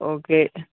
okay